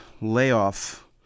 layoff